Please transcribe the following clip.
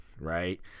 right